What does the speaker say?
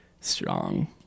strong